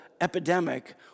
epidemic